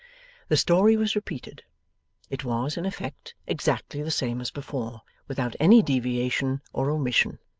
the story was repeated it was, in effect, exactly the same as before, without any deviation or omission.